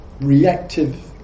reactive